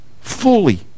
fully